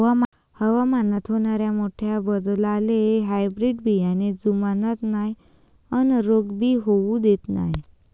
हवामानात होनाऱ्या मोठ्या बदलाले हायब्रीड बियाने जुमानत नाय अन रोग भी होऊ देत नाय